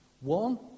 One